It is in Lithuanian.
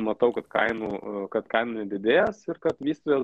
matau kad kainų kad kaina didės ir kad vystytojas